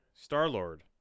Star-Lord